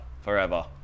forever